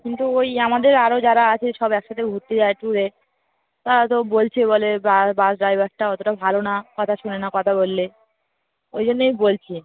কিন্তু ওই আমাদের আরও যারা আছে সব একসাথে ঘুরতে যায় ট্যুরে তা তো বলছে বলে বাস ড্রাইভারটা অতোটা ভালো না কথা শুনে না কথা বললে ওই জন্যই বলছি